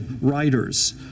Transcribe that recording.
writers